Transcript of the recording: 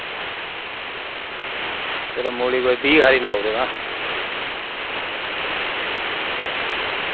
चलो मूली बीह् हारी लाई ओड़ो तां